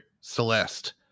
Celeste